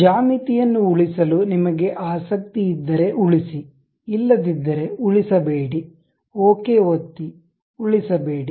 ಜ್ಯಾಮಿತಿಯನ್ನು ಉಳಿಸಲು ನಿಮಗೆ ಆಸಕ್ತಿ ಇದ್ದರೆ ಉಳಿಸಿ ಇಲ್ಲದಿದ್ದರೆ ಉಳಿಸಬೇಡಿ ಓಕೆ ಒತ್ತಿ ಉಳಿಸಬೇಡಿ